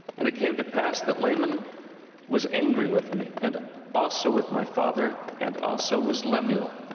and it came to pass that laman was angry with me, and also with my father and also was lemuel.